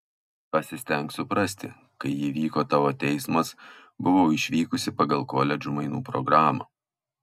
pasistenk suprasti kai įvyko tavo teismas buvau išvykusi pagal koledžų mainų programą